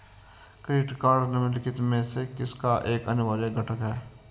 Credit card निम्नलिखित में से किसका एक अनिवार्य घटक है?